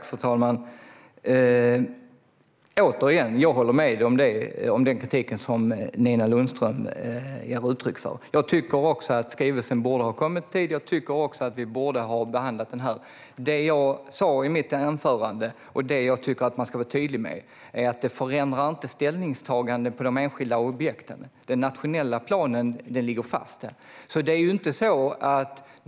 Fru talman! Återigen: Jag håller med om den kritik som Nina Lundström ger uttryck för. Jag tycker också att skrivelsen borde ha kommit tidigare så att vi hade kunnat behandla den här. Det som jag sa i mitt anförande, och det som jag tycker att man ska vara tydlig med, är att det förändrar inte ställningstagandet om de enskilda objekten. Den nationella planen ligger fast.